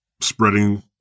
spreading